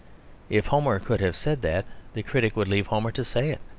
if homer could have said that the critic would leave homer to say it.